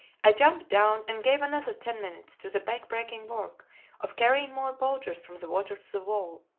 i jumped down and gave another ten minutes to the back-breaking work of carrying more boulders from the water to the wall.